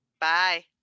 bye